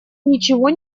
ничего